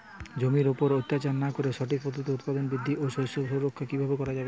জমির উপর অত্যাচার না করে সঠিক পদ্ধতিতে উৎপাদন বৃদ্ধি ও শস্য সুরক্ষা কীভাবে করা যাবে?